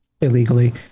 illegally